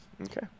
Okay